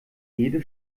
jede